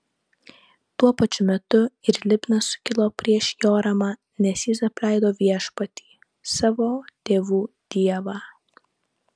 tuo pačiu metu ir libna sukilo prieš joramą nes jis apleido viešpatį savo tėvų dievą